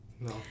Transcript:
No